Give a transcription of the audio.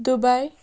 Dubai